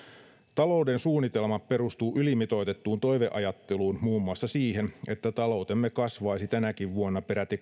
talouden suunnitelma perustuu ylimitoitettuun toiveajatteluun muun muassa siihen että taloutemme kasvaisi tänäkin vuonna peräti